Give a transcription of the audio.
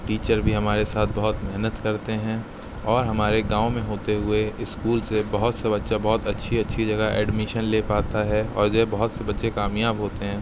teacher بھی ہمارے ساتھ بہت محنت کرتے ہیں اور ہمارے گاؤں میں ہوتے ہوئے اسکول سے بہت سے بچہ بہت اچھی اچھی جگہ ایڈمیشن لے پاتا ہے اور جو ہے بہت سے بچے کامیاب ہوتے ہیں